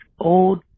old